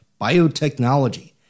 biotechnology